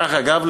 דרך אגב,